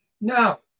Now